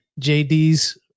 JD's